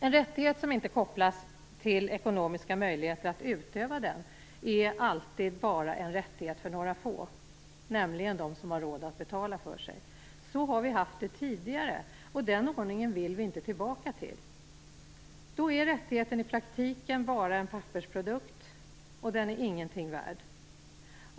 En rättighet som inte kopplas till ekonomiska möjligheter att utöva den är alltid bara en rättighet för några få, nämligen de som har råd att betala för sig. Så har vi haft det tidigare, och den ordningen vill vi inte tillbaka till. Då är rättigheten i praktiken bara en pappersprodukt, och den är ingenting värd.